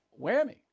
whammy